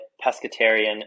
pescatarian